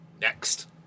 Next